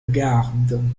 garde